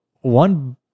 one